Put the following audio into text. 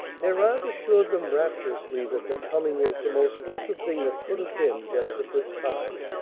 their aunt assured them rapturously that their coming was the most blessed thing that could have been just at this time.